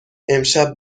امشب